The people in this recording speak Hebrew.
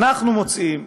אנחנו מוצאים,